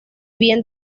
bien